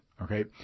Okay